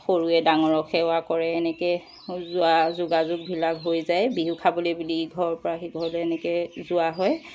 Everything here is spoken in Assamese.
সৰুৱে ডাঙৰক সেৱা কৰে এনেকৈয়ে যা যোগাযোগবিলাক হৈ যায় বিহু খাবলৈ বুলি ইঘৰৰ পৰা সিঘৰলৈ এনেকৈ যোৱা হয়